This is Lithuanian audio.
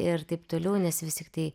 ir taip toliau nes vis tiktai